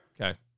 Okay